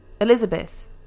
Elizabeth